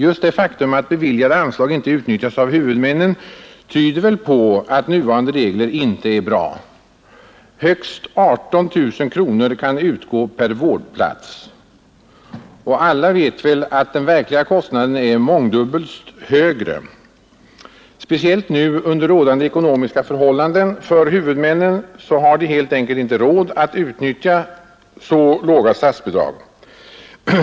Just det faktum att beviljade anslag inte utnyttjats av huvudmännen tyder på att nuvarande regler inte är bra. Högst 18 000 kronor skall utgå per vårdplats, och alla vet väl att den verkliga kostnaden är mångdubbelt högre. Speciellt under nuvarande ekonomiska förhållanden för huvudmännen har de helt enkelt inte råd att utnyttja så låga statsbidrag.